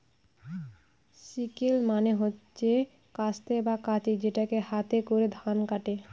sickle মানে হচ্ছে কাস্তে বা কাঁচি যেটাকে হাতে করে ধান কাটে